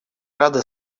рады